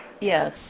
Yes